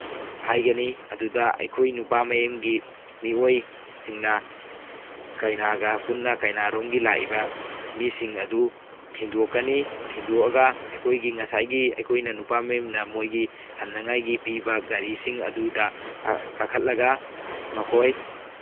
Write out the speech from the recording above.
ꯍꯥꯏꯒꯅꯤ ꯑꯗꯨꯗ ꯑꯩꯈꯣꯏ ꯅꯨꯄꯥ ꯃꯌꯨꯝꯒꯤ ꯃꯤꯑꯣꯏꯁꯤꯡꯅ ꯀꯩꯅꯥꯒ ꯄꯨꯟꯅ ꯀꯩꯅꯥꯔꯣꯝꯒꯤ ꯂꯥꯛꯏꯕ ꯃꯤꯁꯤꯡ ꯑꯗꯨ ꯊꯤꯟꯗꯣꯛꯀꯅꯤ ꯊꯤꯟꯗꯣꯛꯑꯒ ꯑꯩꯈꯣꯏꯒꯤ ꯉꯁꯥꯏꯒꯤ ꯑꯩꯈꯣꯏꯒꯤ ꯅꯨꯄꯥ ꯃꯌꯨꯝꯅ ꯃꯣꯏꯒꯤ ꯍꯟꯅꯉꯥꯏꯒꯤ ꯄꯤꯕ ꯒꯥꯔꯤꯁꯤꯡ ꯑꯗꯨꯗ ꯀꯥꯈꯠꯂꯒ ꯃꯈꯣꯏ